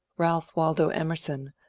balph waldo emerson,